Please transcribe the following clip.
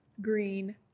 green